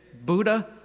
Buddha